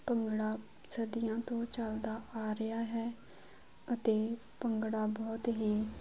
ਭੰਗੜਾ ਸਦੀਆਂ ਤੋਂ ਚਲਦਾ ਆ ਰਿਹਾ ਹੈ ਅਤੇ ਭੰਗੜਾ ਬਹੁਤ ਹੀ